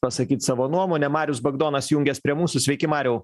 pasakyt savo nuomonę marius bagdonas jungias prie mūsų sveiki mariau